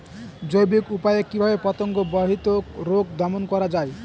জৈবিক উপায়ে কিভাবে পতঙ্গ বাহিত রোগ দমন করা যায়?